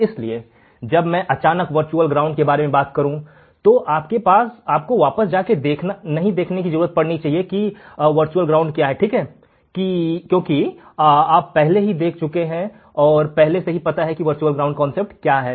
इसलिए जब मैं अचानकवर्चुअल ग्राउंड के बारे में बात करूं तो आपको वापस जाने और देखने की ज़रूरत ना हो ठीक है कि वर्चुअल ग्राउंड क्या है क्योंकि आप पहले ही देख चुके हैं और आपको पहले से ही पता है कि वर्चुअल ग्राउंड क्या है